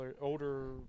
older